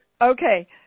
Okay